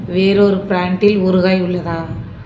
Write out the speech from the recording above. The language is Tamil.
வேறொரு பிராண்டில் ஊறுகாய் உள்ளதா